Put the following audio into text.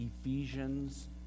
Ephesians